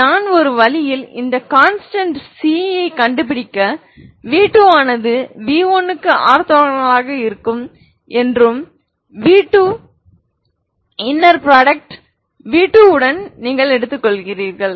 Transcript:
எனவே நான் ஒரு வழியில் இந்த கான்ஸ்டன்ட் c கண்டுபிடிக்க v2 ஆனது v1 க்கு ஆர்த்தோகனலாக என்று v2 இந்நர் ப்ரொடக்ட் v2 உடன் நீங்கள் எடுத்துக்கொள்ளுங்கள்